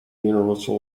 universal